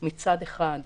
מצד אחד,